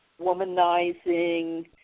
womanizing